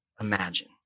imagine